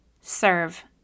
serve